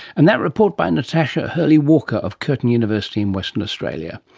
and that report by natasha hurley-walker of curtin university in western australia.